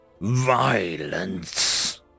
violence